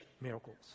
miracles